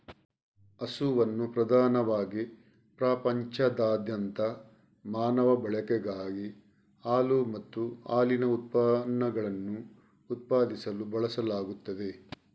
ಹಸುವನ್ನು ಪ್ರಧಾನವಾಗಿ ಪ್ರಪಂಚದಾದ್ಯಂತ ಮಾನವ ಬಳಕೆಗಾಗಿ ಹಾಲು ಮತ್ತು ಹಾಲಿನ ಉತ್ಪನ್ನಗಳನ್ನು ಉತ್ಪಾದಿಸಲು ಬಳಸಲಾಗುತ್ತದೆ